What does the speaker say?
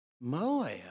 Moab